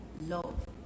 love